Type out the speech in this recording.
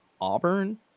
Auburn